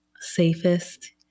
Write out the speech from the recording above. safest